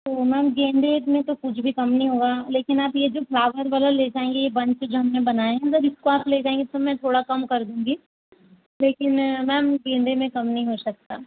तो मैम गेंदे में तो कुछ भी कम नहीं होगा लेकिन आप यह जो फ्लावर वाला ले जाएँगे ये बंच जो हमने बनाएँ हैं अगर इसको आप ले जाएँगी तो मैं थोड़ा कम कर दूंगी लेकिन मैम गेंदे में कम नहीं हो सकता